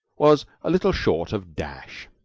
was a little short of dash.